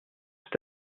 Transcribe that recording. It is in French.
tout